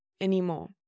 anymore